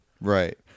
Right